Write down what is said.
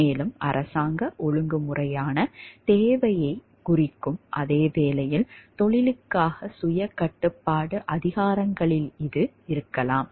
மேலும் அரசாங்க ஒழுங்குமுறைக்கான தேவையை குறைக்கும் அதே வேளையில் தொழிலுக்காக சுய கட்டுப்பாட்டு அதிகாரங்களில் இது இருக்கலாம்